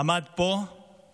עמד פה וגיחך.